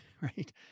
right